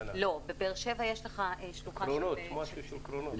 בבאר-שבע יש שלוחה -- של קרונות.